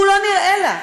הוא לא נראה לה,